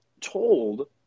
told